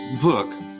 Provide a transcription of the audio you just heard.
book